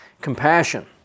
compassion